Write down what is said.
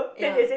ya